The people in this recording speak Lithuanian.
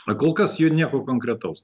kol kas jų nieko konkretaus